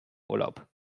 urlaub